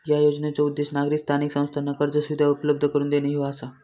या योजनेचो उद्देश नागरी स्थानिक संस्थांना कर्ज सुविधा उपलब्ध करून देणे ह्यो आसा